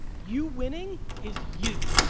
you winning is you.